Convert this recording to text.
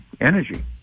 energy